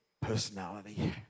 personality